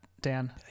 Dan